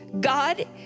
God